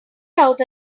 out